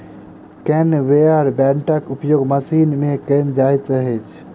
conveyor बेल्टक उपयोग machine मे कयल जाइत अछि